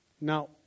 Now